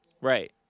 right